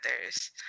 others